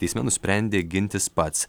teisme nusprendė gintis pats